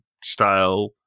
style